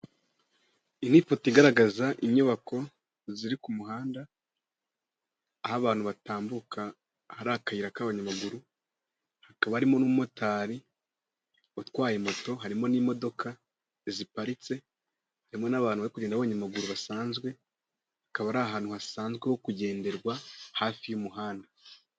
Iyi ni ifoto igaragaza inyubako, inzu iri ku muhanda aho abantu batambuka hari akayira ka banyamaguru, hakaba harimo n'umumotari utwaye moto, harimo n'imodoka ziparitse, harimo n'abantu bari kugenda babamyamaguru basanzwe hakaba ari ahantu hasanzwe ho kugenderwa hafi y'umuhanda.